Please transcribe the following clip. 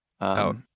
Out